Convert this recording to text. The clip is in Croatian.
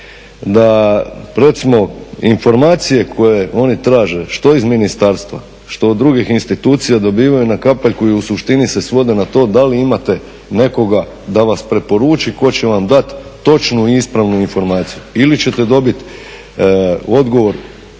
da recimo informacije koje oni traže što iz ministarstva, što od drugih institucija dobivaju na kapaljku i u suštini se svode na to da li imate nekoga da vas preporuči tko će vam dati točnu i ispravnu informaciju ili ćete dobiti odgovor